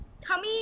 tummy